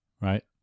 right